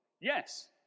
Yes